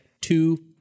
two